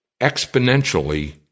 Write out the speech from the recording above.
exponentially